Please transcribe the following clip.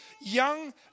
young